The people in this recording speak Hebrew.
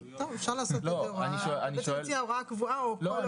טוב אפשר לעשות את זה להוראה קבועה או כל עוד